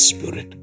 Spirit